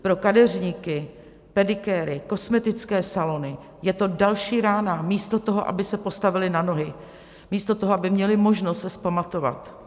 Pro kadeřníky, pedikéry, kosmetické salony je to další rána místo toho, aby se postavili na nohy, místo toho, aby měli možnost se vzpamatovat.